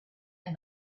and